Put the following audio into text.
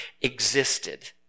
existed